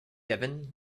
devon